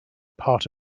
part